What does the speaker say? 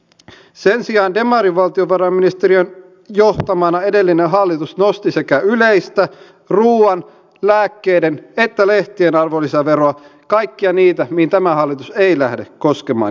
sen sijaan demarivaltiovarainministeriön johtamana edellinen hallitus nosti sekä yleistä ruuan lääkkeiden että lehtien arvonlisäveroa kaikkia niitä mihin tämä hallitus ei lähde koskemaan ja hyvä niin